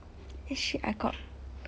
eh shit I got